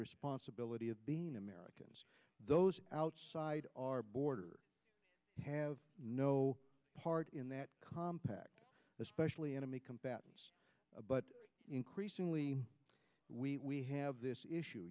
responsibility of being americans those outside our borders have no part in that compact especially enemy combatant but increasingly we have this issue